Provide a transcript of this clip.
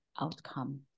outcome